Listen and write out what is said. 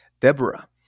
Deborah